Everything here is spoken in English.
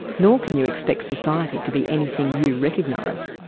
nor can you expect society to be anything you recognise.